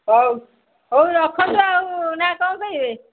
ହଉ ହଉ ରଖନ୍ତୁ ଆଉ ନା କ'ଣ କହିବେ